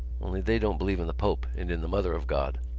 only they don't believe in the pope and in the mother of god.